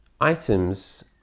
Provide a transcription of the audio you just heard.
items